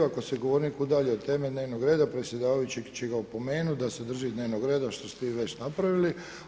Ako se govornik udalji od teme dnevnog reda predsjedavajući će ga opomenuti da se drži dnevnog reda, što ste vi već napravili.